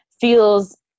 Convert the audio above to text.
feels